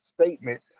statement